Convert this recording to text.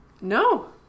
No